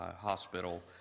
Hospital